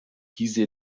diese